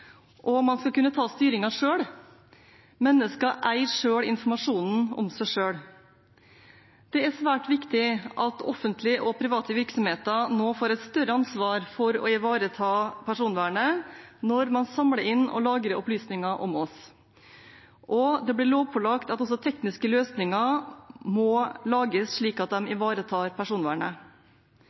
og man skal kunne ta styringen selv. Menneskene eier selv informasjonen om seg selv. Det er svært viktig at offentlige og private virksomheter nå får et større ansvar for å ivareta personvernet når man samler inn og lagrer opplysninger om oss. Det blir lovpålagt at også tekniske løsninger må lages slik at de ivaretar personvernet.